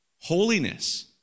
Holiness